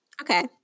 Okay